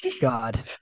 God